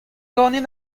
ganin